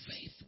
faith